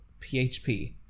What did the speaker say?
PHP